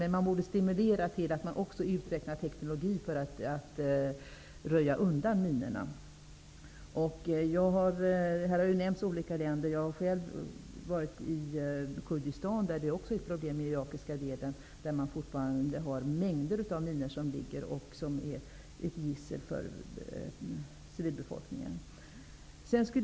Men man borde stimulera utveckling av teknologi för att röja undan minorna. Olika länder har nämnts. Jag har själv varit i Kurdistan. I den irakiska delen finns också dessa problem. Där ligger fortfarande mängder av minor, och de är ett gissel för civilbefolkningen.